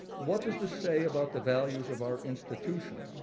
what does this say about the values of our institutions?